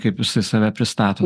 kaip jisai save pristato